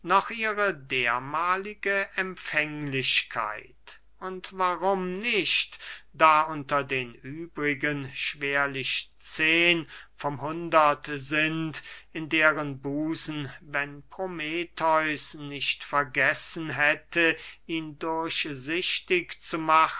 noch ihre dermahlige empfänglichkeit und warum nicht da unter den übrigen schwerlich zehen vom hundert sind in deren busen wenn prometheus nicht vergessen hätte ihn durchsichtig